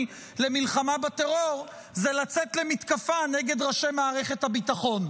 למלחמה בטרור זה לצאת למתקפה נגד ראשי מערכת הביטחון.